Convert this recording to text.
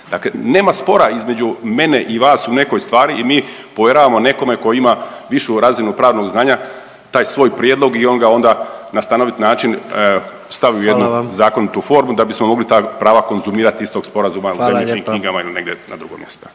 Dakle, nema spora između mene i vas u nekoj stvari i mi povjeravamo nekome tko ima višu razinu pravnog znanja taj svoj prijedlog i on ga onda na stanovit način …/Upadica: Hvala vam./… stavi u jednu zakonitu formu da bismo mogli ta prava konzumirati iz tog sporazuma …/Upadica: Hvala lijepa./… u zemljišnim knjigama ili negdje na drugo mjesto